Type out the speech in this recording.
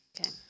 Okay